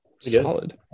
Solid